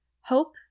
Hope